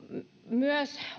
myös